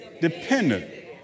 dependent